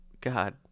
God